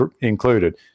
included